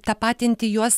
tapatinti juos